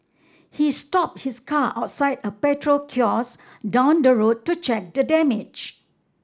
he stopped his car outside a petrol kiosk down the road to check the damage